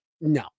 No